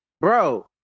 bro